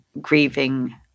grieving